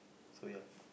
so ya